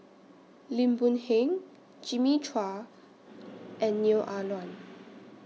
Lim Boon Heng Jimmy Chua and Neo Ah Luan